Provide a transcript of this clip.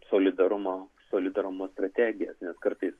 solidarumo solidarumo strategijas kartais